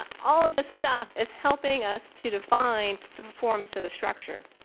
ah all of this stuff is helping us to define the performance of the structure.